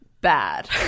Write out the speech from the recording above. bad